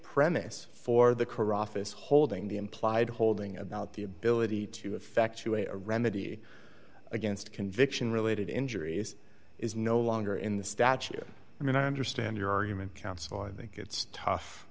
premise for the caracas holding the implied holding of the ability to effectuate a remedy against conviction related injuries is no longer in the statute i mean i understand your argument counsel i think it's tough